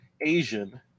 Asian